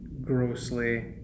grossly